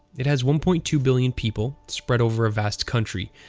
it has one point two billion people spread over a vast country.